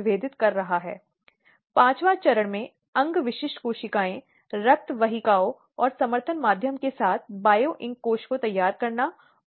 व्यक्ति का मानसिक या शारीरिक नुकसान होना है